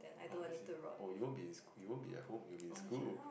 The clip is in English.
oh is it oh you won't be in school you won't be at home you will be in school